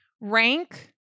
rank